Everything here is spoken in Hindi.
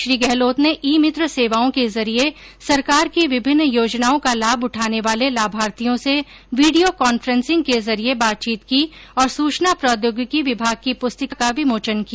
श्री गहलोत ने ई मित्र सेवाओं के जरिये सरकार की विभिन्न योजनाओं का लाभ उठाने वाले लाभार्थियों से वीडियो कान्फ्रेंसिंग के जरिये बातचीत की और सूचना प्रोद्यौगिकी विभाग की पुस्तिका का विमोचन किया